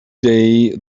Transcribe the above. day